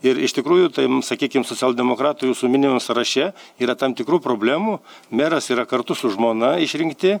ir iš tikrųjų tai sakykim socialdemokratų jūsų minimam sąraše yra tam tikrų problemų meras yra kartu su žmona išrinkti